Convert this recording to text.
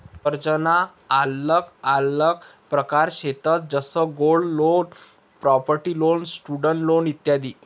कर्जना आल्लग आल्लग प्रकार शेतंस जसं gold loan, property loan, student loan इत्यादी